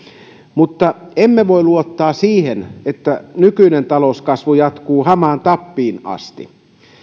mutta emme voi luottaa siihen että nykyinen talouskasvu jatkuu hamaan tappiin asti